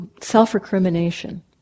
self-recrimination